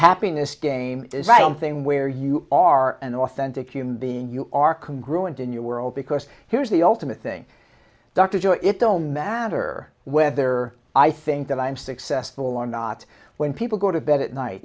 happiness game is right on thing where you are an authentic human being you are can grow into a new world because here's the ultimate thing dr joy it don't matter whether i think that i am successful or not when people go to bed at night